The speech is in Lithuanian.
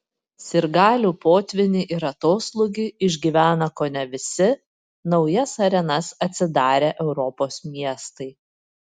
sirgalių potvynį ir atoslūgį išgyvena kone visi naujas arenas atsidarę europos miestai